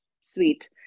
sweet